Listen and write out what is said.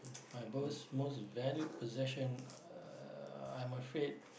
my most most valued possession uh I'm afraid